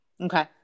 Okay